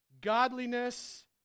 godliness